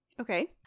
Okay